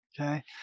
okay